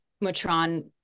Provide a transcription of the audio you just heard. Matron